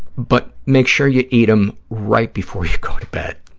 but make sure you eat them right before you go to bed,